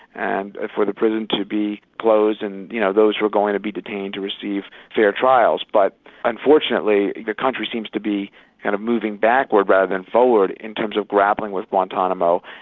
and for the prison to be closed and you know those who are going to be detained to receive fair trials. but unfortunately the country seems to be kind of moving backward rather than forward, in terms of grappling with guantanamo,